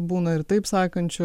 būna ir taip sakančių